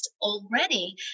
already